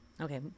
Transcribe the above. Okay